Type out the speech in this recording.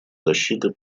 защиты